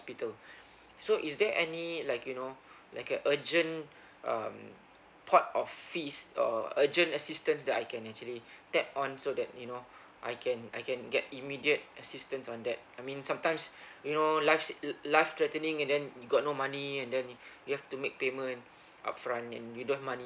so is there any like you know like a urgent um pot of fees or urgent assistance that I can actually tap on so that you know I can I can get immediate assistance on that I mean sometimes you know life's it l~ life threatening and then you got no money and then you have to make payment upfront and we don't have money